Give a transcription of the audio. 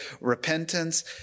Repentance